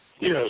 Yes